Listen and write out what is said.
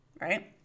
right